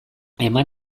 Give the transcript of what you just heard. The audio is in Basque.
eman